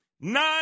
Nine